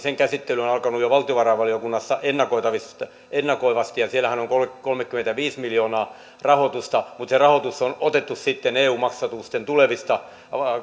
käsittely on jo alkanut valtiovarainvaliokunnassa ennakoivasti ja siellähän on kolmekymmentäviisi miljoonaa rahoitusta mutta se rahoitus on otettu sitten eu maksatusten tulevista